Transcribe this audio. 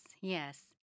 yes